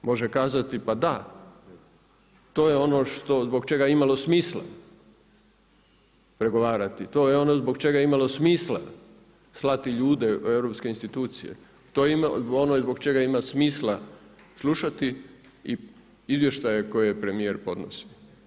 Može kazati pa da, to je ono zbog čega je imalo smisla pregovarati, to je ono zbog čega je imalo smisla slati ljude u europske institucije, ono zbog čega ima smisla slušati izvještaje koje premijer podnosi.